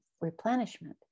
replenishment